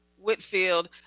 Whitfield